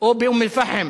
או באום-אל-פחם